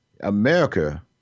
America